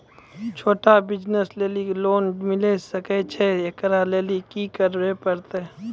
छोटा बिज़नस लेली लोन मिले सकय छै? एकरा लेली की करै परतै